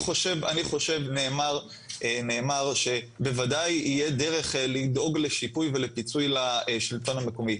נאמר שבוודאי יהיה דרך לדאוג לשיפוי ולפיצוי לשלטון המקומי.